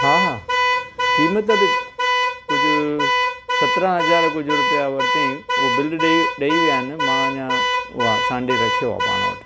हा हा क़ीमत कुझु सत्रहं हज़ार कुझु रुपिया वरितईं उहो बिल ॾेई ॾेई विया आहिनि मां अञां वा सांॾे रखियो आहे पाण वटि